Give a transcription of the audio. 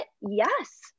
Yes